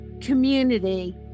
community